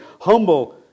Humble